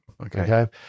Okay